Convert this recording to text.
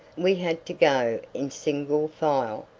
we had to go in single file,